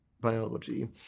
biology